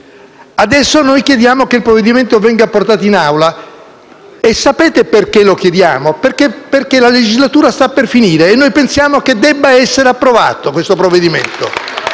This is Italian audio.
Adesso noi chiediamo che il provvedimento venga portato in Assemblea e sapete perché lo chiediamo? Perché la legislatura sta per finire e pensiamo che questo provvedimento